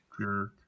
jerk